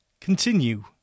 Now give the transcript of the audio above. Continue